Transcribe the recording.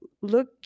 look